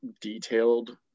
detailed